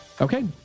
Okay